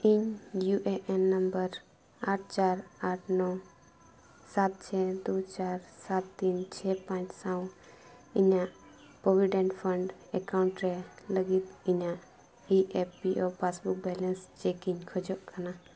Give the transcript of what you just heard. ᱤᱧ U A N number ᱟᱴ ᱪᱟᱨ ᱟᱴ ᱱᱚ ᱥᱟᱛ ᱪᱷᱚ ᱫᱩᱭ ᱪᱟᱨ ᱥᱟᱛ ᱛᱤᱱ ᱪᱷᱚᱭ ᱯᱟᱸᱪ ᱥᱟᱶ ᱤᱧᱟᱹᱜ ᱯᱨᱚᱵᱷᱤᱰᱮᱱᱴ ᱯᱷᱟᱱᱰ ᱮᱠᱟᱣᱩᱱᱴ ᱨᱮ ᱞᱟᱹᱜᱤᱫ ᱤᱧᱟᱹᱜ E F P O passbook balance check ᱤᱧ ᱠᱷᱚᱡᱚᱜ ᱠᱟᱱᱟ